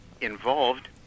involved